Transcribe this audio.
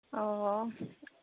অঁ